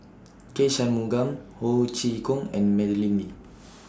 K Shanmugam Ho Chee Kong and Madeleine Lee